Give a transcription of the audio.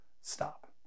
stop